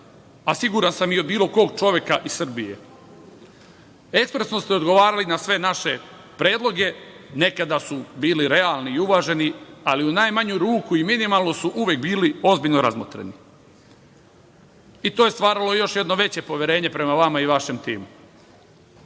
a siguran sam i od bilo kog čoveka iz Srbije. Ekspresno ste odgovarali na sve naše predloge. Nekada su bili realni i uvaženi, ali u najmanju ruku i minimalno su uvek bili ozbiljno razmotreni. To je stvaralo još jedno veće poverenje prema vama i vašem timu. Gde